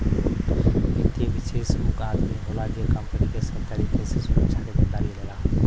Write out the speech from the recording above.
वित्तीय विषेशज्ञ ऊ आदमी होला जे कंपनी के सबे तरीके से सुरक्षा के जिम्मेदारी लेला